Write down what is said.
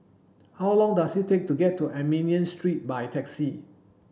how long does it take to get to Armenian Street by taxi